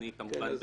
בשמחה.